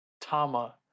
Tama